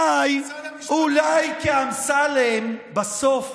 משרד המשפטים, אולי כי אמסלם בסוף